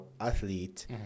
athlete